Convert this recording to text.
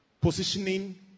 Positioning